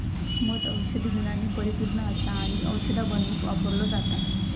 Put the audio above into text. मध औषधी गुणांनी परिपुर्ण असा आणि औषधा बनवुक वापरलो जाता